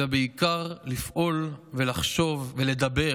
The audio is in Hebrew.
אלא בעיקר לפעול, לחשוב ולדבר